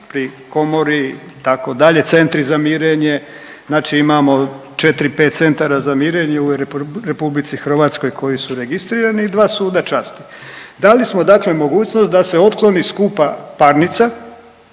pri komori itd., centri za mirenje, znači imamo 4-5 centara za mirenje u RH koji su registrirani i dva suda časti. Dali smo dakle mogućnost da se otkloni skupa parnica,